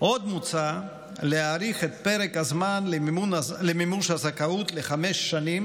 עוד מוצע להאריך את פרק הזמן למימון של הזכאות לחמש שנים